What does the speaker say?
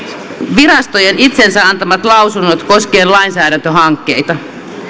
virastojen itsensä antamat lausunnot koskien lainsäädäntöhankkeita